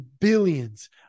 billions